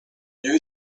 you